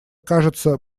кажется